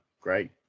Great